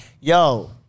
yo